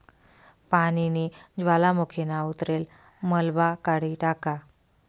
पानीनी ज्वालामुखीना उतरलेल मलबा काढी टाका